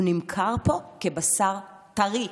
הוא נמכר פה כבשר טרי.